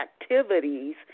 activities